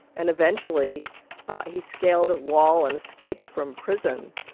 and eventually he scaled a wall and escaped from prison.